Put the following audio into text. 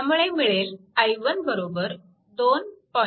त्यामुळे मिळेल i1 2